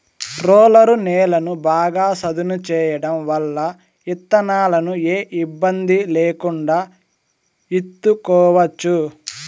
roller నేలను బాగా సదును చేయడం వల్ల ఇత్తనాలను ఏ ఇబ్బంది లేకుండా ఇత్తుకోవచ్చు